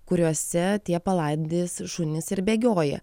kuriuose tie palaidi šunys ir bėgioja